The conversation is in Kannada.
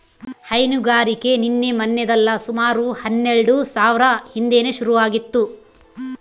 ಹೈನುಗಾರಿಕೆ ನಿನ್ನೆ ಮನ್ನೆದಲ್ಲ ಸುಮಾರು ಹನ್ನೆಲ್ಡು ಸಾವ್ರ ಹಿಂದೇನೆ ಶುರು ಆಗಿತ್ತು